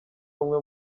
umwe